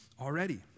already